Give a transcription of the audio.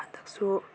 ꯍꯟꯇꯛꯁꯨ